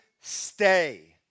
stay